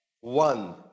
One